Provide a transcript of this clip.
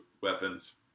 weapons